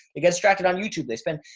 it gets drafted on youtube, they spend,